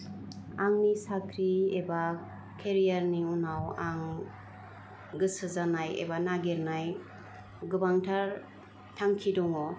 आंनि साख्रि एबा केरियारनि उनाव आं गोसो जानाय एबा नागिरनाय गोबांथार थांखि दं